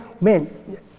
Man